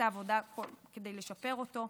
ונעשתה עבודה כדי לשפר אותו.